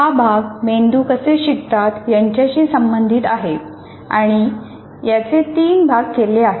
हा भाग मेंदू कसे शिकतात याच्याशी संबंधित आहे आणि याचे तीन भाग केले आहेत